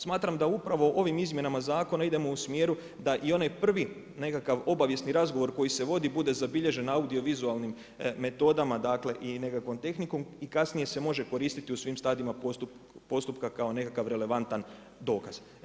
Smatram da upravo ovim izmjenama zakona idemo u smjeru da i onaj prvi nekakav obavijesni razgovor koji se vodi bude zabilježen audio vizualnim metodama, dakle i nekakvom tehnikom i kasnije se može koristiti u svim stadijima postupka kao nekakav relevantan dokaz.